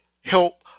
help